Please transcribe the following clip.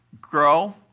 grow